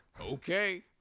Okay